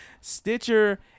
Stitcher